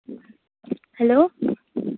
hello